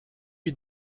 lui